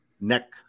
neck